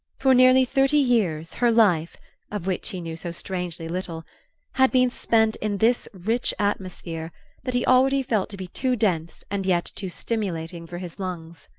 for nearly thirty years, her life of which he knew so strangely little had been spent in this rich atmosphere that he already felt to be too dense and yet too stimulating for his lungs.